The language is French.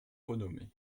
renommé